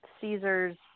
Caesar's